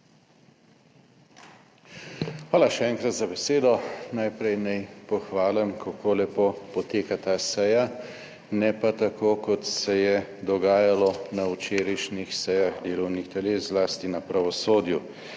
Hvala še enkrat za besedo. Najprej naj pohvalim, kako lepo poteka ta seja, ne pa tako, kot se je dogajalo na včerajšnjih sejah delovnih teles, zlasti na pravosodju,